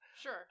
Sure